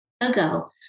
ago